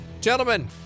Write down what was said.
gentlemen